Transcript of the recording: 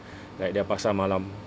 like their pasar malam